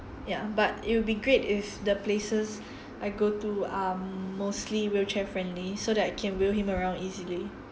ya but it will be great if the places I go to are mostly wheelchair-friendly so that I can wheel him around easily